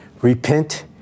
Repent